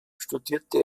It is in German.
studierte